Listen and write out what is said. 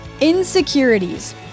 Insecurities